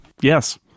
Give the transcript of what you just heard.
Yes